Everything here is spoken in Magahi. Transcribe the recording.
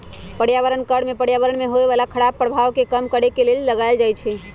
पर्यावरण कर में पर्यावरण में होय बला खराप प्रभाव के कम करए के लेल लगाएल जाइ छइ